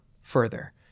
further